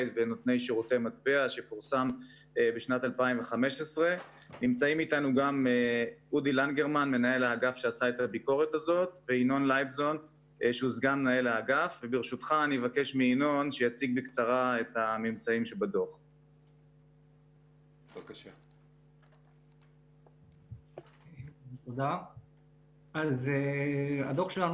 ונותני שירותי מטבע שפורסם בשנת 2015. הדוח שלנו